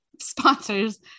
sponsors